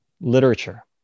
literature